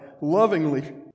lovingly